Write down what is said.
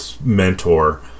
mentor